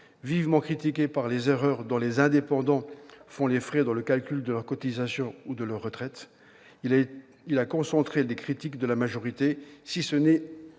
Vivement critiqué pour les erreurs dont les indépendants font les frais dans le calcul de leurs cotisations ou de leur retraite, il a concentré les critiques de la majorité, si ce n'est